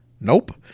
Nope